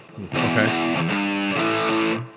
Okay